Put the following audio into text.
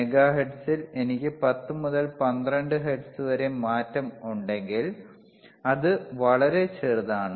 മെഗാഹെർട്സിൽ എനിക്ക് 10 മുതൽ 12 വരെ ഹെർട്സ് മാറ്റം ഉണ്ടെങ്കിൽ അത് വളരെ ചെറുതാണ്